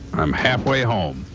i'm halfway home.